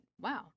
wow